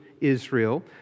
Israel